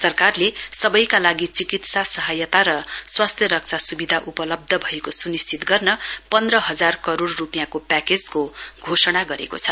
सरकारले सबैका लागि चिकित्सा सहायता र स्वास्थ्य रक्षा सुविधा उपलब्ध भएको सुनिश्चित गर्न पन्ध हजार करोड रुपियाँको प्याकेजको घोषणा गरेको छ